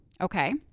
Okay